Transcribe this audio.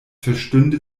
verstünde